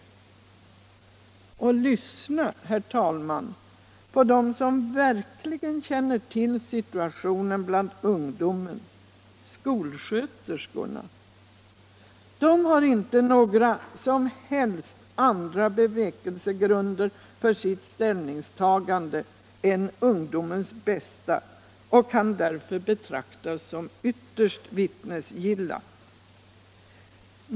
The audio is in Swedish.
Lyssna på dem som verkligen känner till situationen bland ungdomen, skolsköterskorna. De har inte några som helst andra bevekelsegrunder för sitt ställningstagande än ungdomens bästa. Därför kan de betraktas som vittnesgilla.